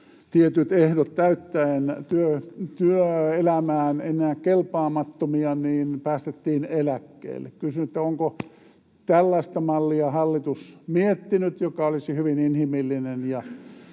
tietyt ehdot täyttäen työelämään enää kelpaamattomia, päästettiin eläkkeelle. Kysyn: onko tällaista mallia hallitus miettinyt, joka olisi hyvin inhimillinen ja